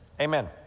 Amen